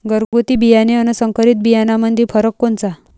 घरगुती बियाणे अन संकरीत बियाणामंदी फरक कोनचा?